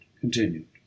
continued